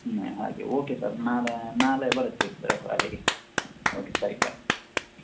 ಹಾಂ ಹಾಗೆ okay sir ನಾಳೆ ನಾಳೆ ಬರ್ತೀವಿ ಸರ್ ಅಲ್ಲಿಗೆ ಓಕೆ ಸರಿ ಬಾಯ್